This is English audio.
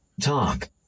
Talk